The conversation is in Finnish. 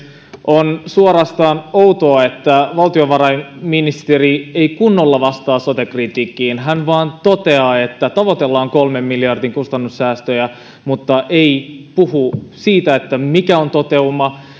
on suorastaan outoa että valtiovarainministeri ei kunnolla vastaa sote kritiikkiin hän vain toteaa että tavoitellaan kolmen miljardin kustannussäästöjä mutta ei puhu siitä mikä on toteuma